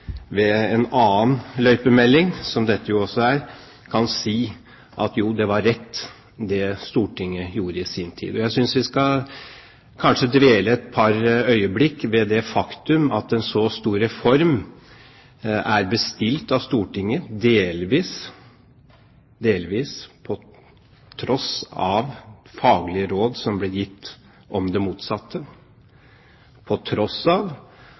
ved en annen løypemelding, som dette jo også er, kan si at det Stortinget gjorde i sin tid, var rett. Jeg synes vi kanskje skal dvele et par øyeblikk ved det faktum at en så stor reform er bestilt av Stortinget, delvis på tross av faglige råd som ble gitt om det motsatte, og på tross av